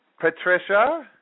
Patricia